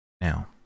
Now